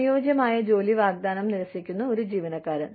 അനുയോജ്യമായ ജോലി വാഗ്ദാനം നിരസിക്കുന്ന ഒരു ജീവനക്കാരൻ